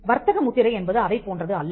வர்த்தக முத்திரை என்பது அதைப் போன்றது அல்ல